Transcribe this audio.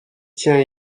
tient